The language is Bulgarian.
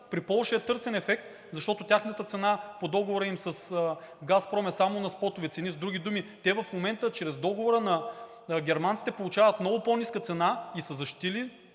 При Полша е търсен ефект, защото тяхната цена по договора им с „Газпром“ е само на спотови цени. С други думи, те в момента чрез договора на германците получават много по-ниска цена и са защитили